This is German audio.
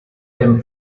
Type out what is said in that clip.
dem